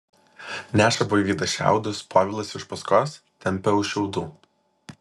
neša buivydas šiaudus povilas iš paskos tempia už šiaudų